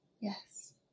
Yes